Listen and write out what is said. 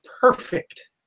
perfect